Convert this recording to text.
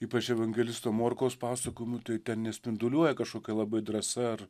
ypač evangelisto morkaus pasakojimu tai ten nespinduliuoja kažkokia labai drąsa ar